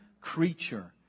creature